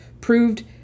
proved